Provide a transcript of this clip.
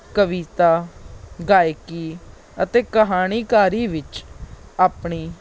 ਕਵਿਤਾ ਗਾਇਕੀ ਅਤੇ ਕਹਾਣੀਕਾਰੀ ਵਿੱਚ ਆਪਣੀ